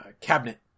cabinet